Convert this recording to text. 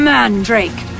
Mandrake